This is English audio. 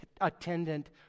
attendant